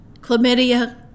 chlamydia